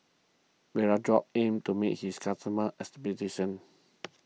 Vapodrops aims to meet its customers' expectations